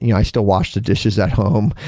yeah i still wash the dishes at home.